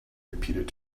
repeated